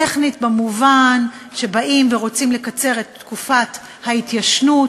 טכנית במובן שבאים ורוצים לקצר את תקופת ההתיישנות,